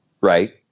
right